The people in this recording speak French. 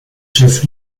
chef